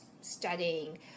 studying